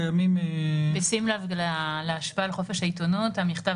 בשים לב להשפעה על חופש העיתונות המכתב